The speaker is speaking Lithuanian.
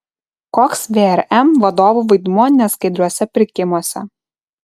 koks vrm vadovų vaidmuo neskaidriuose pirkimuose